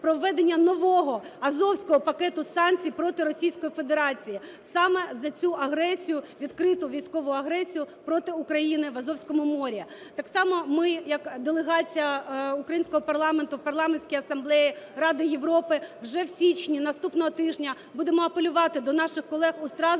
про введення нового Азовського пакету санкцій проти Російської Федерації саме за цю агресію, відкриту військову агресію проти України в Азовському морі. Так само ми як делегація українського парламенту, Парламентської асамблеї Ради Європи вже в січні наступного тижня будемо апелювати до наших колег у